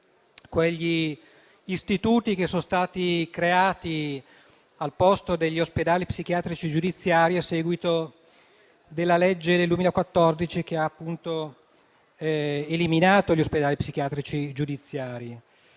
quegli istituti che sono stati creati al posto degli ospedali psichiatrici giudiziari a seguito dell'approvazione della legge n. 81 del 2014, che ha appunto eliminato gli ospedali psichiatrici giudiziari.